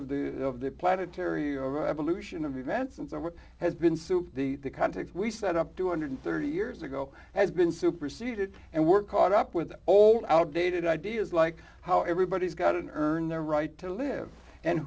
context of the planetary evolution of events and what has been super the context we set up two hundred and thirty years ago has been superseded and we're caught up with old outdated ideas like how everybody's got an earned their right to live and